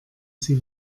sie